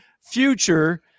future